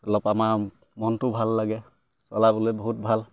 অলপ আমাৰ মনটো ভাল লাগে চলাবলৈ বহুত ভাল